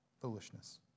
foolishness